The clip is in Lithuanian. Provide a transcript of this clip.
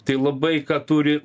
tai labai ką turi